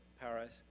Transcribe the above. Paris